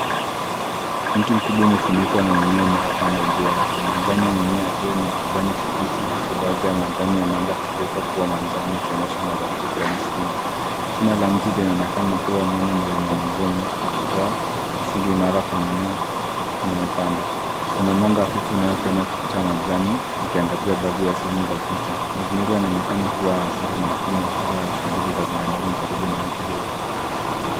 Miti mkubwa imefunikwa na mimea inayopanda juu yake. Majani ya mimea hiyo ni ya kijani kibichi huku baardhi ya majani yameanza kugeuka kuwa manjano yakionyesha mabadiliko ya misimu. Shina la mti linaonekana kuwa nene na lenye magome ikitoa msingi imara kwa mimea inayopanda. Kuna mwanga hafifu unaopenya kapita majani ikiangazia baadhi ya sehemu ya picha. Mazingira yaonekana kuwa ya asili na kuna shuguli ya binadamu karibu na mti huo.